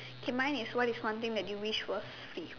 K mine is what is one thing that you wish was free